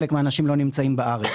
חלק מהאנשים לא נמצאים בארץ.